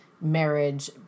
marriage